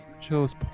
Chose